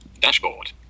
dashboard